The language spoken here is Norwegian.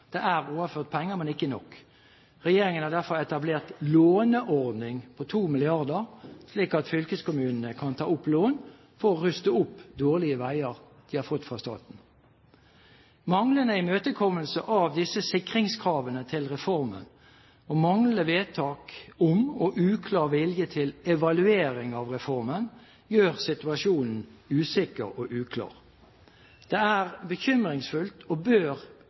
Det er overført penger, men ikke nok. Regjeringen har derfor etablert en låneordning på 2 mrd. kr slik at fylkeskommunene kan ta opp lån for å ruste opp dårlige veier de har fått overført fra staten. Manglende imøtekommelse av disse sikringskravene til reformen, manglende vedtak om og uklar vilje til evaluering av reformen gjør situasjonen usikker og uklar. Det er bekymringsfullt og bør